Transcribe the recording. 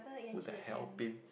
who the hell paint